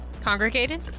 congregated